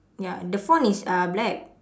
ya the font is uh black